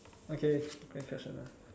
okay next question ah